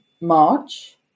March